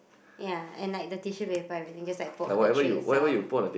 ya and like the tissue paper everything just like put on the tray itself